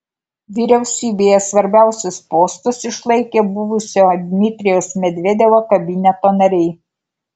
vyriausybėje svarbiausius postus išlaikė buvusio dmitrijaus medvedevo kabineto nariai